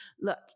Look